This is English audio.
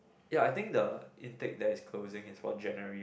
ya I think the intake that is closing is for January one